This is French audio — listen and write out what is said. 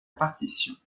partition